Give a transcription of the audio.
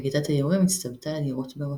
וכיתת היורים הצטוותה לירות בראשו.